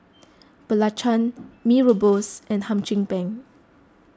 Belacan Mee Rebus and Hum Chim Peng